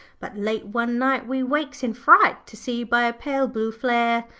but late one night we wakes in fright to see by a pale blue flare,